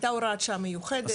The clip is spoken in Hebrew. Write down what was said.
הייתה הוראת שעה מיוחדת.